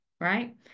right